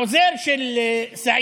העוזר של סעיד